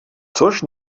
což